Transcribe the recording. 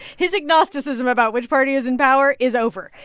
his agnosticism about which party is in power is over.